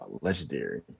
Legendary